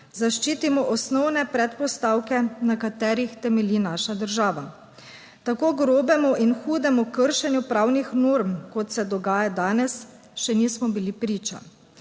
zaščitimo osnovne predpostavke, na katerih temelji naša država. Tako grobemu in hudemu kršenju pravnih norm, kot se dogaja danes, še nismo bili priče.